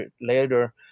later